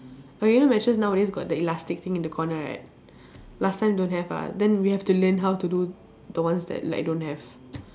okay you know mattress nowadays got the elastic thing in the corner right last time don't have ah then we have to learn how to do the ones that like don't have